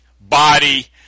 body